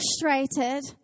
frustrated